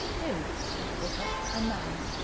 him, said the vicar. a man.